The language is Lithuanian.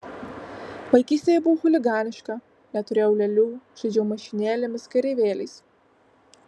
vaikystėje buvau chuliganiška neturėjau lėlių žaidžiau mašinėlėmis kareivėliais